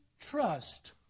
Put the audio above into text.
trust